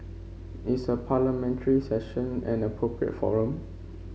is a Parliamentary Session an appropriate forum